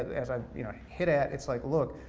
as i you know hit at, it's like look,